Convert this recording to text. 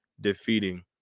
defeating